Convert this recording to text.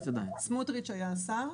סמוטריץ' היה השר.